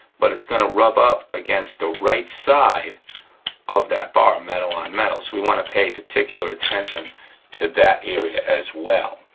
but its gonna rub up against the right side of that bar, metal on metal, so we want to pay particular attention to that area, as well,